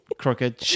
crooked